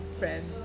friend